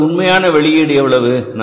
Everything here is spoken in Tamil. இப்போது உண்மையான வெளியீடு எவ்வளவு